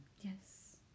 Yes